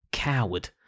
Coward